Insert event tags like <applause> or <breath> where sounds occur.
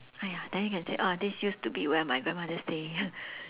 !aiya! then you can say uh this used to be where my grandmother stay <breath>